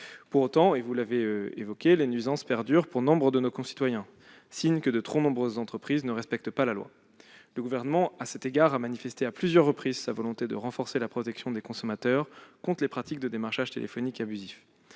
Pour autant, les nuisances perdurent pour nombre de nos concitoyens, signe que de trop nombreuses entreprises ne respectent pas la loi. Le Gouvernement a manifesté à plusieurs reprises sa volonté de renforcer la protection des consommateurs contre les pratiques de démarchage téléphonique abusif.